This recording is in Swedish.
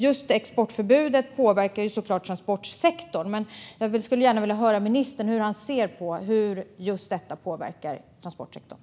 Just exportförbudet påverkar såklart transportsektorn. Jag skulle gärna vilja höra hur ministern ser på hur detta påverkar transportsektorn.